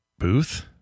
booth